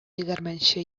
егерменче